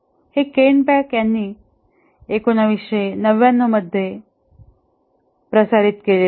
हे Kent Beck यांनी १९९९ मध्ये प्रस्तावित केले होते